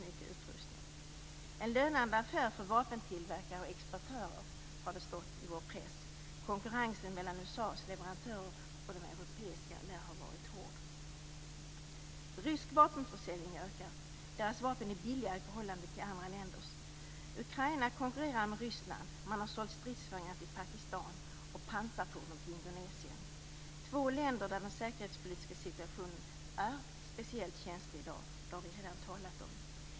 En lönande affär för vapentillverkare och exportörer, har det stått i pressen. Konkurrensen mellan USA:s leverantörer och de europeiska lär ha varit hård. Rysk vapenförsäljning ökar. Ryska vapen är billiga i förhållande till andra länders. Ukraina konkurrerar med Ryssland. Man har sålt stridsvagnar till Pakistan och pansarfordon till Indonesien, två länder där den säkerhetspolitiska situationen är speciellt känslig i dag. Det har vi redan talat om.